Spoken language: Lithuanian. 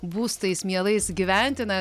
būstais mielais gyventi na